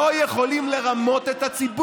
צעד